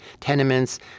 tenements